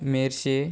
Merces